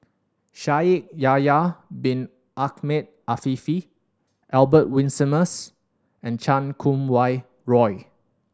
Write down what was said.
Shaikh Yahya Bin Ahmed Afifi Albert Winsemius and Chan Kum Wah Roy